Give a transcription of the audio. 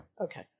Okay